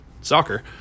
soccer